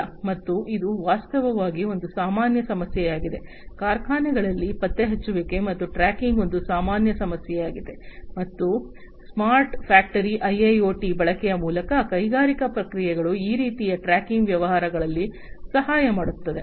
ಮತ್ತು ಇದು ವಾಸ್ತವವಾಗಿ ಒಂದು ಸಾಮಾನ್ಯ ಸಮಸ್ಯೆಯಾಗಿದೆ ಕಾರ್ಖಾನೆಗಳಲ್ಲಿ ಪತ್ತೆಹಚ್ಚುವಿಕೆ ಮತ್ತು ಟ್ರ್ಯಾಕಿಂಗ್ ಒಂದು ಸಾಮಾನ್ಯ ಸಮಸ್ಯೆಯಾಗಿದೆ ಮತ್ತು ಸ್ಮಾರ್ಟ್ ಫ್ಯಾಕ್ಟರಿ ಐಐಒಟಿ ಬಳಕೆಯ ಮೂಲಕ ಕೈಗಾರಿಕಾ ಪ್ರಕ್ರಿಯೆಗಳು ಈ ರೀತಿಯ ಟ್ರ್ಯಾಕಿಂಗ್ ವ್ಯವಹಾರಗಳಲ್ಲಿ ಸಹಾಯ ಮಾಡುತ್ತದೆ